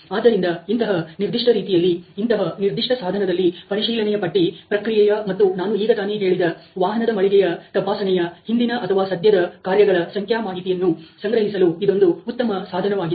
ಆದ್ದರಿಂದ ಇಂತಹ ನಿರ್ದಿಷ್ಟ ರೀತಿಯಲ್ಲಿ ಇಂತಹ ನಿರ್ದಿಷ್ಟ ಸಾಧನದಲ್ಲಿ ಪರಿಶೀಲನೆಯ ಪಟ್ಟಿ ಪ್ರಕ್ರಿಯೆಯ ಮತ್ತು ನಾನು ಈಗ ತಾನೇ ಹೇಳಿದ ವಾಹನದ ಮಳಿಗೆಯ ತಪಾಸಣೆಯ ಹಿಂದಿನ ಅಥವಾ ಸದ್ಯದ ಕಾರ್ಯಗಳ ಸಂಖ್ಯಾ ಮಾಹಿತಿಯನ್ನು ಸಂಗ್ರಹಿಸಲು ಇದೊಂದು ಉತ್ತಮ ಸಾಧನವಾಗಿದೆ